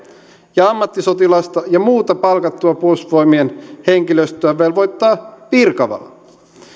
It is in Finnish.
ja ammattisotilasta ja muuta palkattua puolustusvoimien henkilöstöä velvoittaa virkavala